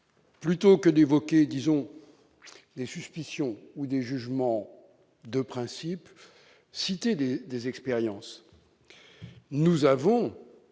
Plutôt que d'évoquer disons des suspicions ou des jugements de principe, cité des des expériences, nous avons